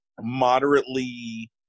moderately